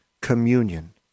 communion